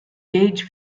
gauge